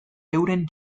euren